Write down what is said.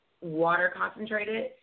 water-concentrated